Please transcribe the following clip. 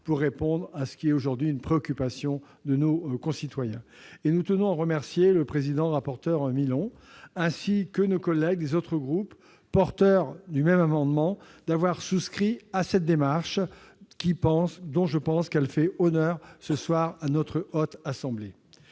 pour répondre à ce qui est aujourd'hui une préoccupation de nos concitoyens. Nous tenons à remercier le président-rapporteur, Alain Milon, ainsi que nos collègues des autres groupes porteurs d'un amendement identique, d'avoir souscrit à cette démarche, qui, je pense, fait honneur à la Haute Assemblée.